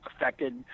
affected